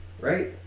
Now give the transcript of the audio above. right